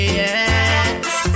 yes